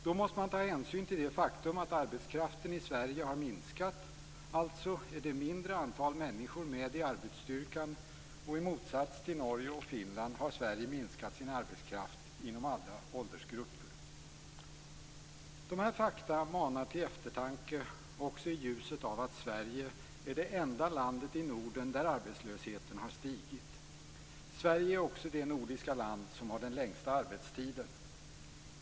Då måste man ta hänsyn till det faktum att arbetskraften i Sverige har minskat, alltså är det ett mindre antal människor med i arbetsstyrkan. I motsats till Norge och Finland har Sverige minskat sin arbetskraft inom alla åldersgrupper. Dessa fakta manar till eftertanke också i ljuset av att Sverige är det enda landet i Norden där arbetslösheten har stigit. Sverige är också det nordiska land som har den längsta arbetstiden.